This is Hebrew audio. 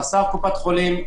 חסר קופת חולים,